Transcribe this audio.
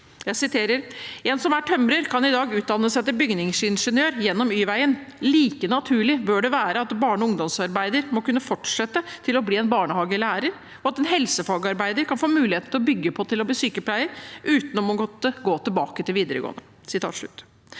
høringsinnspill: «En som er tømrer, kan i dag utdanne seg til bygningsingeniør gjennom y-veien. Like naturlig bør det være at en barne- og ungdomsarbeider må kunne fortsette for å bli barnehagelærer og at en helsefagarbeider kan få muligheten til å bygge på til sykepleier uten å gå tilbake til videregående